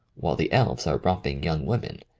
while the elves are romping young women.